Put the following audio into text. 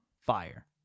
Fire